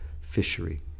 fishery